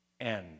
end